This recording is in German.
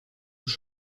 auch